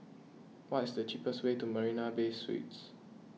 what is the cheapest way to Marina Bay Suites